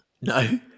No